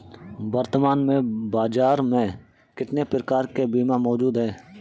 वर्तमान में बाज़ार में कितने प्रकार के बीमा मौजूद हैं?